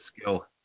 skill